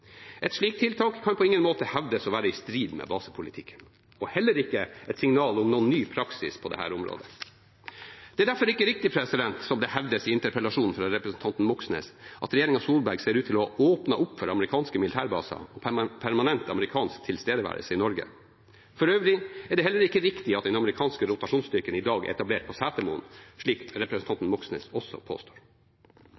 Et slikt tiltak kan på ingen måte hevdes å være i strid med basepolitikken og er heller ikke et signal om noen ny praksis på dette området. Det er derfor ikke riktig, som det hevdes i interpellasjonen fra representanten Moxnes, at regjeringen Solberg «ser ut til å ha åpnet opp for amerikanske militærbaser» og permanent amerikansk tilstedeværelse i Norge. For øvrig er det heller ikke riktig at den amerikanske rotasjonsstyrken i dag er etablert på Setermoen, slik